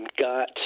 got